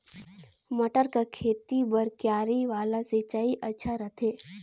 मटर के खेती बर क्यारी वाला सिंचाई अच्छा रथे?